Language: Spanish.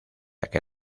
que